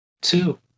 two